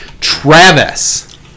Travis